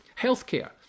Healthcare